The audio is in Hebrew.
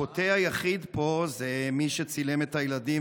החוטא היחיד פה זה מי שצילם את הילדים,